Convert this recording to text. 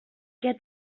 què